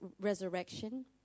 resurrection